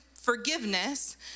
forgiveness